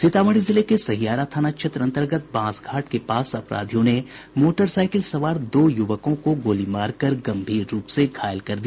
सीतामढ़ी जिले के सहियारा थाना क्षेत्र अंतर्गत बांसघाट के पास अपराधियों ने मोटरसाईकिल सवार दो युवकों को गोली मारकर गंभीर रूप से घायल कर दिया